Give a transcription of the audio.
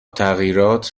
تغییرات